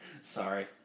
Sorry